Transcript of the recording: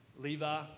Levi